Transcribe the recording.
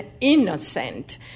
innocent